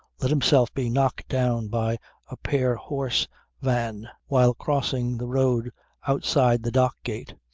let himself be knocked down by a pair horse van while crossing the road outside the dock gate,